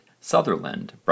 Sutherland